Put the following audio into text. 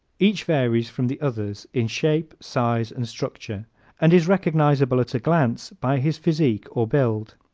each varies from the others in shape, size and structure and is recognizable at a glance by his physique or build.